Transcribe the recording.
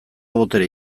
botere